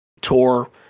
tour